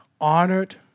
honored